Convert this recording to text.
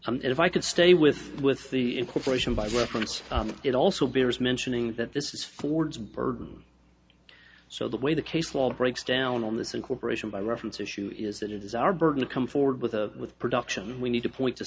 you and if i could stay with with the incorporation by reference it also bears mentioning that this is ford's burden so the way the case law breaks down on this incorporation by reference issue is that it is our burden to come forward with a with production we need to point to